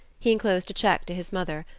he inclosed a check to his mother,